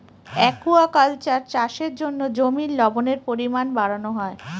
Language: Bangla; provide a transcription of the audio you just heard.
একুয়াকালচার চাষের জন্য জমির লবণের পরিমান বাড়ানো হয়